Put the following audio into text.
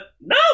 no